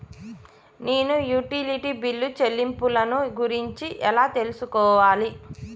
నేను utility bill చెల్లింపులను గురించి ఎలా తెలుసుకోవాలి?